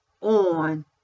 ON